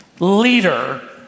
Leader